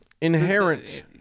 inherent